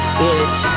bitch